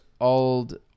old